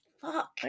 Fuck